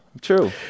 true